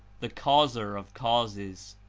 the causer of causes.